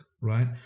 right